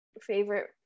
Favorite